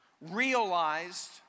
realized